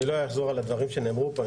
אני לא אחזור על הדברים שנאמרו פה,